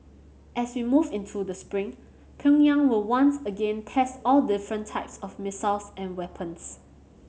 as we move into the spring Pyongyang will once again test all different types of missiles and weapons